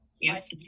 Yes